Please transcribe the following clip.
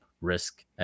risk